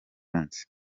umunsi